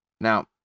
Now